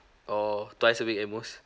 or twice a week at most